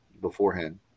beforehand